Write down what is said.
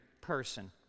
person